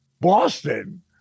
Boston